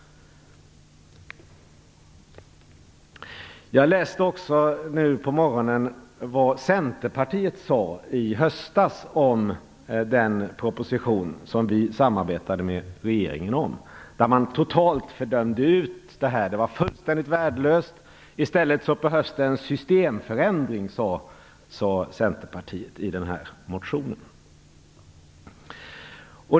Jag läste också nu på morgonen vad Centerpartiet sade i höstas om den proposition som vi samarbetade med regeringen om. Man dömde ut den totalt. Den var fullständigt värdelös. I stället behövs det en systemförändring, sade Centerpartiet i den här motionen.